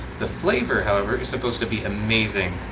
the flavor however is supposed to be amazing.